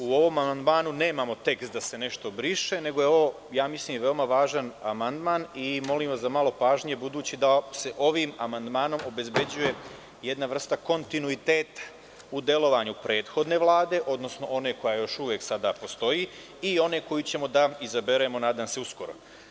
U ovom amandmanu nemamo tekst da se nešto briše, nego je ovo, ja mislim, jako važan amandman i molim vas za malo pažnje, budući da se ovim amandmanom obezbeđuje jedna vrsta kontinuiteta u delovanju prethodne Vlade, odnosno one koja je još uvek, koja još uvek postoji i ona koju ćemo, nadam se da izaberemo uskoro.